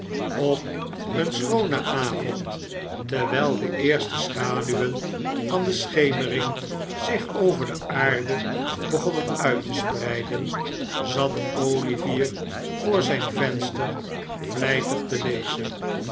op een schoonen avond terwijl de eerste schaduwen van de schemering zich over de aarde begonnen uit te spreiden zat olivier voor zijn venster vlijtig te lezen